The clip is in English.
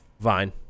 vine